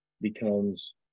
becomes